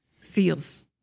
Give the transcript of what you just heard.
feels